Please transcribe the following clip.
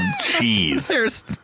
cheese